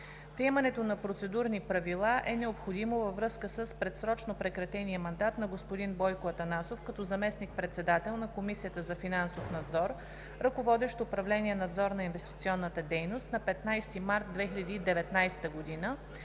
Приемането на процедурни правила е необходимо във връзка с предсрочно прекратения мандат на господин Бойко Атанасов като заместник-председател на Комисията за финансов надзор – ръководещ управление „Надзор на инвестиционната дейност“, на 15 март 2019 г.